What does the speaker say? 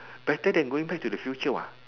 better than going back to the future what